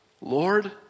Lord